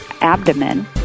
abdomen